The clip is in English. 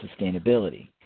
sustainability